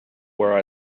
where